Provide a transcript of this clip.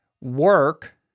work